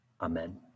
Amen